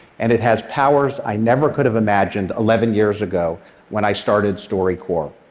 and it has powers i never could have imagined eleven years ago when i started storycorps.